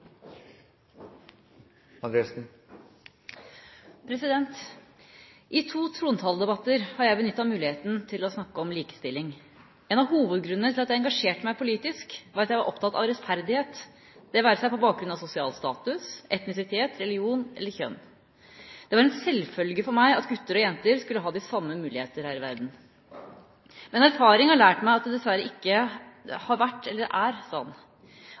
omme. I to trontaledebatter har jeg benyttet muligheten til å snakke om likestilling. En av hovedgrunnene til at jeg engasjerte meg politisk, var at jeg var opptatt av rettferdighet – på bakgrunn av sosial status, etnisitet, religion eller kjønn. Det var en selvfølge for meg at gutter og jenter skulle ha de samme mulighetene her i verden. Men erfaring har lært meg at det dessverre ikke har vært eller er